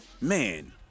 Man